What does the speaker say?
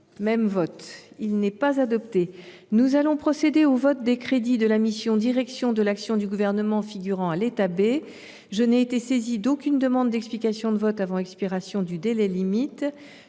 l’amendement n° II 1607. Nous allons procéder au vote des crédits de la mission « Direction de l’action du Gouvernement », figurant à l’état B. Je n’ai été saisie d’aucune demande d’explication de vote avant l’expiration du délai limite.